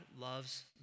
loves